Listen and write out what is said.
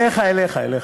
אליך, אליך, אליך.